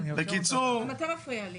גם אתה מפריע לי.